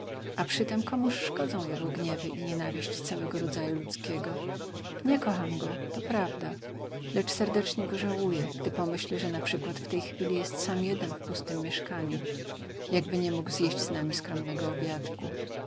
a przytem komuż szkodzą jego gniewy i nienawiść całego rodzaju ludzkiego nie kocham go to prawda lecz serdecznie go żałuję gdy pomyślę że np w tej chwili jest sam jeden w pustem mieszkaniu jakby nie mógł zjeść z nami skromnego obiadku